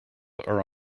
are